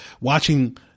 watching